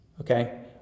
okay